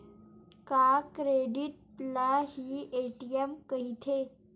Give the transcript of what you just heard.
का क्रेडिट ल हि ए.टी.एम कहिथे?